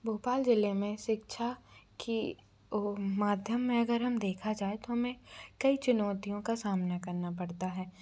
भोपाल ज़िले में शिक्षा की ओ माध्यम में अगर हम देखा जाए तो हमें कई चुनौतियों का सामना करना पड़ता है